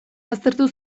baztertu